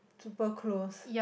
super close